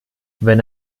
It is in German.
wenn